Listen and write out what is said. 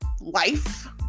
life